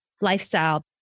lifestyle